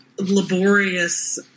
laborious